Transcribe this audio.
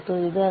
ಇದರಲ್ಲಿ 2